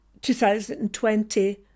2020